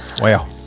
Wow